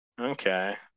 Okay